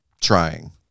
trying